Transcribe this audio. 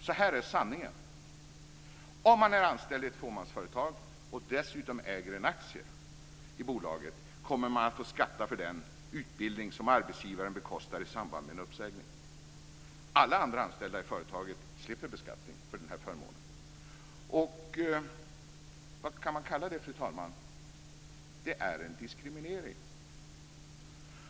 Det här är sanningen: Om man är anställd i ett fåmansföretag och dessutom äger en aktie i bolaget, kommer man att få skatta för den utbildning som arbetsgivaren bekostar i samband med en uppsägning. Alla andra anställda i företaget slipper beskattning för den här förmånen. Vad kan man kalla det, fru talman? Det är en diskriminering.